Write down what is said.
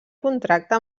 contracte